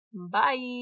Bye